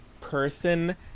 person